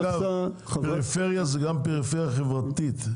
פריפריה היא גם פריפריה חברתית.